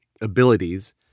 abilities